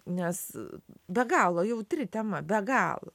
nes be galo jautri tema be galo